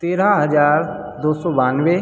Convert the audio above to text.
तेरा हज़ार दो सौ बानवे